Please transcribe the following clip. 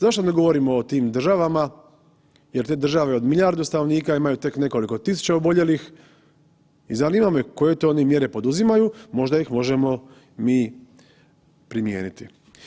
Zašto ne govorimo o tim državama jer te države od milijardu stanovnika imaju tek nekoliko tisuća oboljelih i zanima me koji oni to mjere poduzimaju, možda ih možemo mi primijeniti?